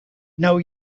know